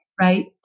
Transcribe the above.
Right